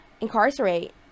incarcerate